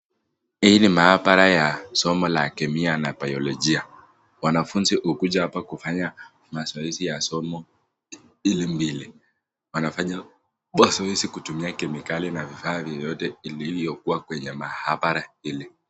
Hii ni maabara ya somo la kemia na biyolojia. Wanafunzi hukuja hapa kufanya mazoezi ya somo hili mbili wanafanya mazoezi kutumia kemikali na vifaa vyovyote iliyokuwa kwenye maabra hili.